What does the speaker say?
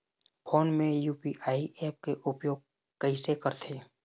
Phone मे UPI app के उपयोग कइसे करथे?